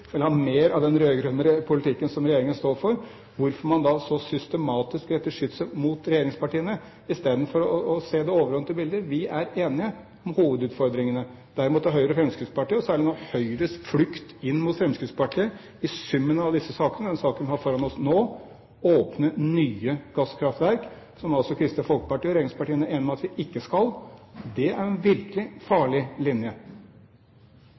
vil ha mer av den rød-grønne politikken som regjeringen står for, hvorfor retter man da så systematisk skytset mot regjeringspartiene i stedet for å se det overordnede bildet? Vi er enige om hovedutfordringene. Derimot vil Høyre og Fremskrittspartiet – og særlig nå Høyres flukt inn mot Fremskrittspartiet – i summen av disse sakene og den saken vi har foran oss nå, åpne nye gasskraftverk, som altså Kristelig Folkeparti og regjeringspartiene er enige om at vi ikke skal. Det er en virkelig farlig linje.